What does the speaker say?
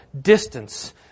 distance